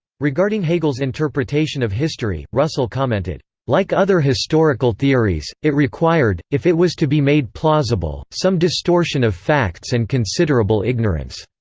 regarding hegel's interpretation of history, russell commented like other historical theories, it required, if it was to be made plausible, some distortion of facts and considerable ignorance.